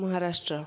Maharashtra